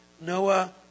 Noah